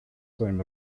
swoim